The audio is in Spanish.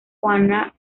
juana